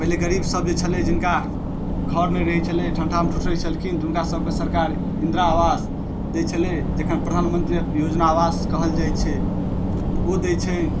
पहिले गरीब सब जे छलै जिनका घर नहि रहै छलै ठण्डमे ठिठुरै छलखिन तऽ हुनका सबके सरकार इन्दिरा आवास दै छलै जे एखन प्रधानमन्त्री योजना आवास कहल जाइ छै ओ दै छै